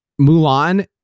Mulan